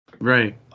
Right